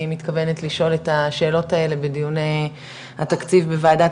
מתכוונת לשאול את השאלות האלה בדיוני התקציב בוועדת